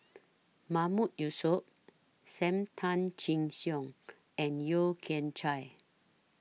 Mahmood Yusof SAM Tan Chin Siong and Yeo Kian Chye